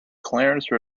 clarence